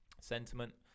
sentiment